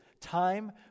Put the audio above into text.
time